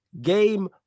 Game